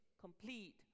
complete